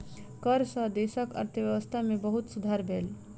कर सॅ देशक अर्थव्यवस्था में बहुत सुधार भेल